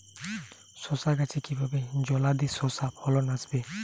শশা গাছে কিভাবে জলদি শশা ফলন আসবে?